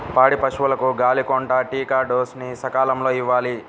పాడి పశువులకు గాలికొంటా టీకా డోస్ ని సకాలంలో ఇవ్వాలి